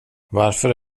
varför